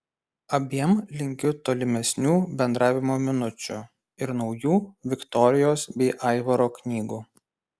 abiem linkiu tolimesnių bendravimo minučių ir naujų viktorijos bei aivaro knygų